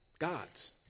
God's